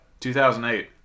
2008